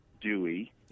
Dewey